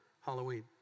Halloween